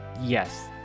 Yes